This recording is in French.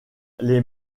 les